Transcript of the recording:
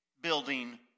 Building